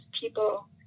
people